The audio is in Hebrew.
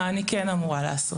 מה אני כן אמורה לעשות?